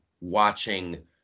watching